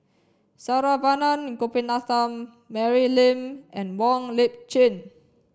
Saravanan Gopinathan Mary Lim and Wong Lip Chin